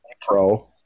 pro